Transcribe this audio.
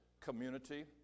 community